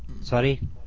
Sorry